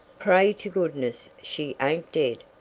pray to goodness she ain't dead!